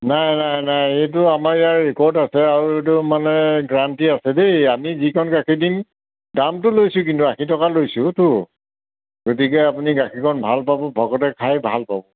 নাই নাই নাই এইটো আমাৰ ইয়াৰ ৰেকৰ্ড আছে আৰু এইটো মানে গ্ৰান্তি আছে দেই আমি যিকণ গাখীৰ দিম দামটো লৈছোঁ কিন্তু আশী টকা লৈছোঁতো গতিকে আপুনি গাখীৰকণ ভাল পাব ভকতে খাই ভাল পাব